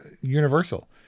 universal